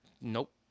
Nope